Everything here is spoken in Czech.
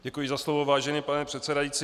Děkuji za slovo, vážený pane předsedající.